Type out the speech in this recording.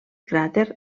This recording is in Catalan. cràter